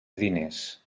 diners